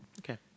Okay